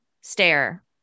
stare